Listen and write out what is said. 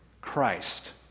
christ